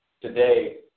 Today